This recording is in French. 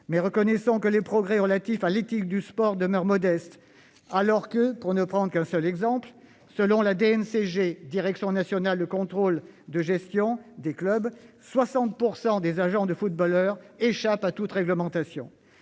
Mais reconnaissons que les progrès relatifs à l'éthique du sport demeurent modestes, alors que, pour ne prendre qu'un seul exemple, selon la direction nationale de contrôle de gestion (DNCG) des clubs, 60 % des agents de footballeurs échappent à toute réglementation.